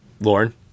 Lauren